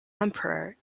emperor